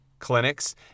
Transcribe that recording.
clinics